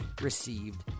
received